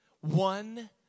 one